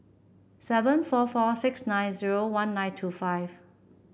seven four four six nine zero one nine two five